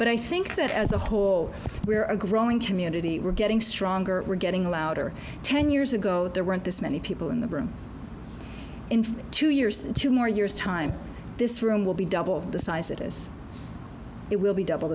but i think that as a whole we are a growing community we're getting stronger we're getting louder ten years ago there weren't this many people in the room in two years two more years time this room will be double the size it is it will be double